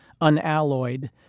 unalloyed